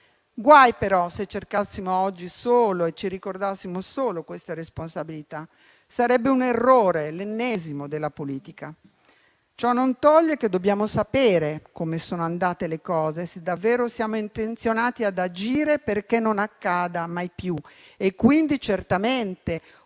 Guai, però, se cercassimo oggi e ci ricordassimo solo questa responsabilità. Sarebbe un errore, l'ennesimo della politica. Ciò non toglie che dobbiamo sapere come sono andate le cose, se davvero siamo intenzionati ad agire perché non accada mai più. E, quindi, certamente occorre fare